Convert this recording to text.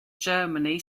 germany